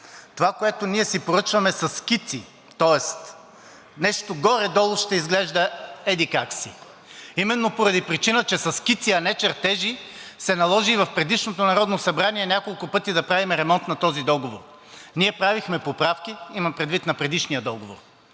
Това, което ние си поръчваме, са скици, тоест нещо горе-долу ще изглежда еди-как си. Именно поради причина, че са скици, а не чертежи, се наложи в предишното Народно събрание няколко пъти да правим ремонт на този договор. Ние правихме поправки – имам предвид на предишния договор,